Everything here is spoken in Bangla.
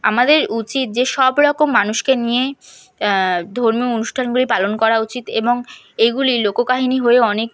আমাদের উচিত যে সব রকম মানুষকে নিয়ে ধর্মীয় অনুষ্ঠানগুলি পালন করা উচিত এবং এইগুলি লোককাহিনী হয়ে অনেক